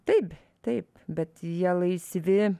taip taip bet jie laisvi